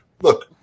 look